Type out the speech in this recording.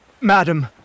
madam